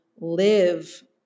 live